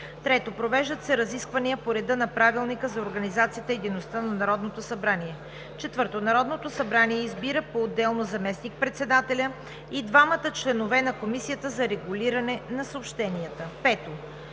3. Провеждат се разисквания по реда на Правилника за организацията и дейността на Народното събрание. 4. Народното събрание избира поотделно заместник-председателя и двамата членове на Комисията за регулиране на съобщенията. 5.